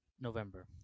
November